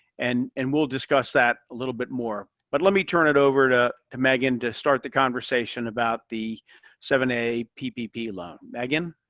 and and we'll discuss that a little bit more. but let me turn it over to to megan to start the conversation about the seven a ppp loan. megan.